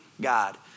God